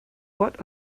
what